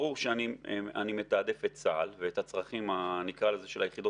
ברור שאני מתעדף את צה"ל ואת הצרכים של היחידות